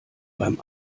beim